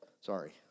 Sorry